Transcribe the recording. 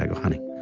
like honey,